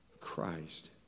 Christ